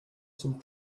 some